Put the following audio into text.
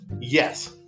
Yes